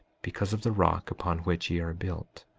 because of the rock upon which ye are built,